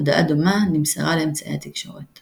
הודעה דומה נמסרה לאמצעי התקשורת.